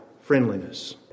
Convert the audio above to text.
friendliness